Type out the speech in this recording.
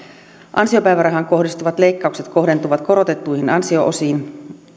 ansiopäivärahaan kohdistuvat leikkaukset kohdentuvat korotettuihin ansio osiin